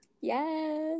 yes